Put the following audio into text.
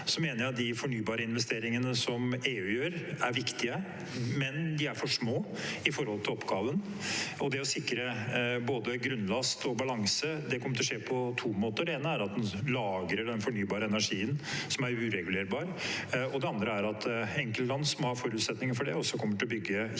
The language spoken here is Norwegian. Jeg mener de fornybarinvesteringene EU gjør, er viktige, men de er for små i forhold til oppgaven. Det å sikre både grunnlast og balanse kommer til å skje på to måter. Det ene er at man lagrer den fornybare energien som er uregulerbar, og det andre er at enkeltland som har forutsetninger for det, også kommer til å bygge